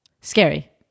Scary